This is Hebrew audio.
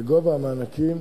לגובה המענקים,